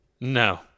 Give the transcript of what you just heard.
No